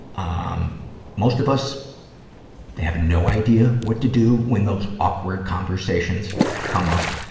ah um most of us have no idea what to do when those awkward conversations come up.